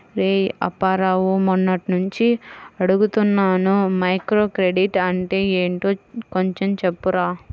రేయ్ అప్పారావు, మొన్నట్నుంచి అడుగుతున్నాను మైక్రోక్రెడిట్ అంటే ఏంటో కొంచెం చెప్పురా